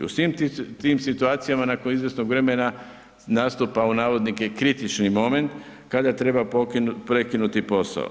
U svim tim situacijama nakon izvjesnog vremena nastupa u navodnike, kritični moment, kada treba prekinuti posao.